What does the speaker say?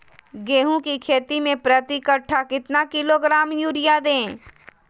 गेंहू की खेती में प्रति कट्ठा कितना किलोग्राम युरिया दे?